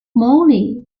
molly